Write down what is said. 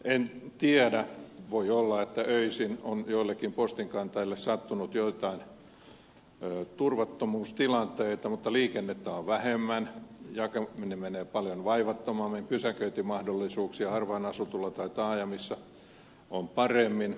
en tiedä voi olla että öisin on joillekin postinkantajille sattunut joitain turvattomuustilanteita mutta liikennettä on vähemmän jakelu menee paljon vaivattomammin pysäköintimahdollisuuksia harvaan asutulla alueella tai taajamissa on paremmin